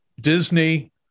Disney